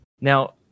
Now